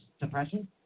depression